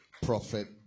Prophet